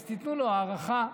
תנו לו הארכה.